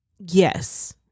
yes